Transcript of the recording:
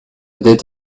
dette